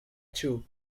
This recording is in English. two